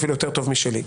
יותר טוב משלי.